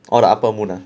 orh the upper moon ah